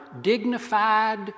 dignified